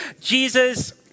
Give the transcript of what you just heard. Jesus